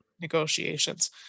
negotiations